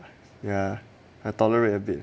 ya I tolerate abit